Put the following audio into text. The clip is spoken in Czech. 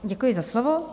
Děkuji za slovo.